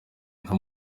nka